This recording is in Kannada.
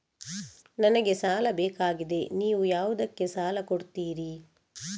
ನನಗೆ ಸಾಲ ಬೇಕಾಗಿದೆ, ನೀವು ಯಾವುದಕ್ಕೆ ಸಾಲ ಕೊಡ್ತೀರಿ?